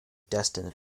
destined